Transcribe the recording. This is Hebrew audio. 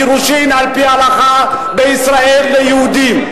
גירושין על-פי ההלכה בישראל ליהודים.